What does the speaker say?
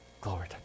Glory